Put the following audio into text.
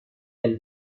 elle